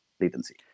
latency